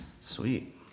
Sweet